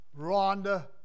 Rhonda